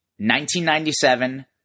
1997